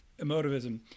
emotivism